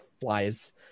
flies